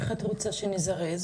איך את רוצה שנזרז?